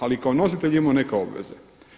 Ali i kao nositelj je imao neke obveze.